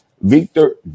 Victor